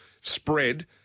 spread